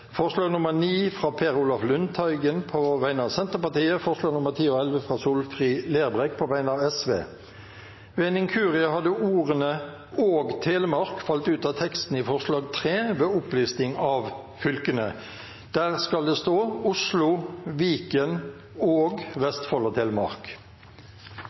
forslag nr. 9, fra Per Olaf Lundteigen på vegne av Senterpartiet forslagene nr. 10 og 11, fra Solfrid Lerbrekk på vegne av Sosialistisk Venstreparti Ved en inkurie hadde ordene «og Telemark» falt ut av teksten i forslag nr. 3 ved opplisting av fylkene. Der skal det stå «Oslo, Viken og